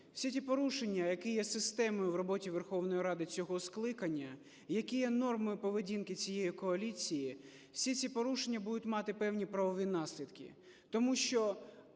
Всі ті порушення, які є системою в роботі Верховної Ради цього скликання, які є нормою поведінки цієї коаліції, всі ці порушення будуть мати певні правові наслідки, тому що